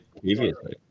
Previously